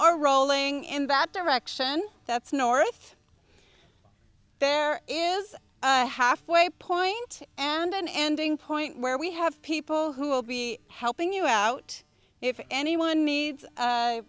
or rolling in that direction that's north there is a halfway point and an ending point where we have people who will be helping you out if anyone needs